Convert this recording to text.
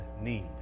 need